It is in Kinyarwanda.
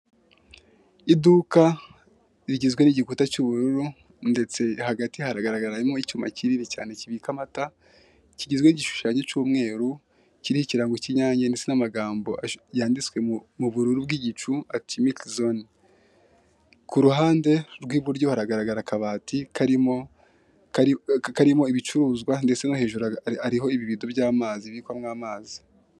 Iduka rigizwe n'igikuta cy'ubururu, ndetse hagati haragaragaramo icyuma kinini cyane kibika amata, kigizwe n'igishushanyo cy'umweru kiriho ikirango k'inyange ndetse n'amagambo yanditswe m'ubururu bw'igicu ati:Milkzone. K'uruhande rw'iburyo haragaragara akabati karimo ibicuruzwa ndetse no hejuru hariho ibibido bibikwamo amazi.